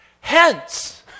Hence